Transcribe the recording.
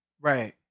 Right